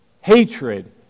hatred